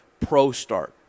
ProStart